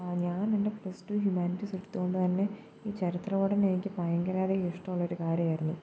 ഞാൻ പിന്നെ plus two humanities എടുത്തത് കൊണ്ട് തന്നെ ഈ ചരിത്ര പഠനം എ എനിക്ക് ഭയങ്കരമൊരു ഇഷ്ടമുള്ള ഒരു കാര്യമായിരുന്നു